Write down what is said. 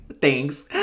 thanks